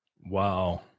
Wow